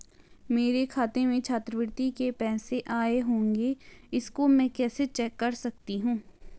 मेरे खाते में छात्रवृत्ति के पैसे आए होंगे इसको मैं कैसे चेक कर सकती हूँ?